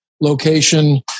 location